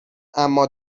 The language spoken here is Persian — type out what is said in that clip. امّا